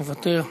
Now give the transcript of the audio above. מוותר,